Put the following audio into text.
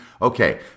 Okay